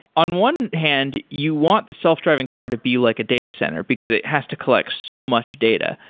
on one hand, you want the self-driving car to be like a data center, because it has to collect so much data.